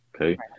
okay